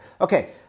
Okay